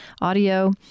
audio